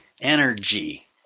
energy